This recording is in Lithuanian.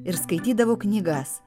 ir skaitydavo knygas